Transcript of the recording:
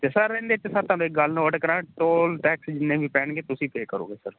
ਤੇ ਸਰ ਇਨ ਦੇ ਚ ਇੱਕ ਗੱਲ ਨੋਟ ਕਰਾਂ ਟੋਲ ਟੈਕਸ ਜਿੰਨੇ ਵੀ ਪੈਣਗੇ ਤੁਸੀਂ ਪੇਅ ਕਰੋਗੇ ਸਰ